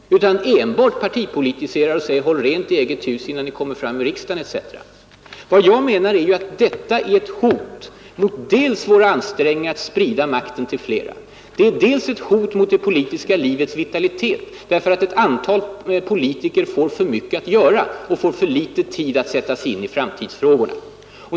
Han bara partipolitiserar och säger: Håll rent i eget hus innan ni drar upp saken i riksdagen, etc. Vad jag menar är att mångsyssleriet är ett hot mot dels våra ansträngningar att sprida makten till flera, dels mot det politiska livets vitalitet. Det medför ju att ett antal politiker får för mycket att göra och för litet tid att sätta sig in i framtidsfrågorna.